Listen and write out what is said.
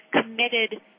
committed